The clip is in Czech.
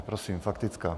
Prosím, faktická.